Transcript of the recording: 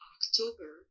October